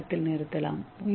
ஏ மட்டத்தில் நிறுத்தலாம்